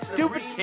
Stupid